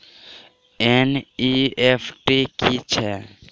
NEFT की छीयै?